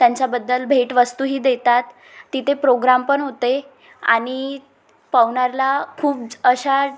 त्यांच्याबद्दल भेटवस्तूही देतात तिथे प्रोग्राम पण होते आणि पवनार खूप अशा